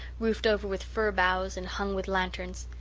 roofed over with fir-boughs and hung with lanterns.